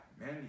man